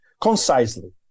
concisely